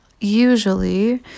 Usually